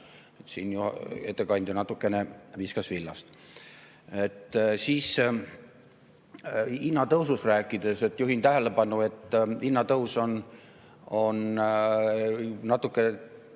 Siin ettekandja natukene viskas villast. Hinnatõusust rääkides juhin tähelepanu, et hinnatõus on natuke